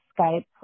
Skype